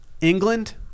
England